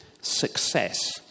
success